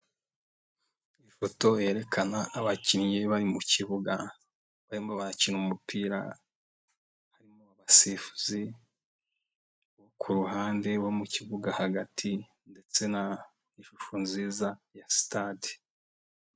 Ifoto yerekana abakinnyi bari mu kibuga, barimo barakina umupira, harimo abasifuzi, abo ku ruhande, abo mu kibuga hagati ndetse na ishusho nziza ya sitade.